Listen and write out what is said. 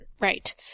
Right